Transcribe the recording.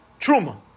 truma